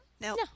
No